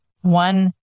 one